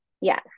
Yes